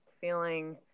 feeling